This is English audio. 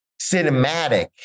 cinematic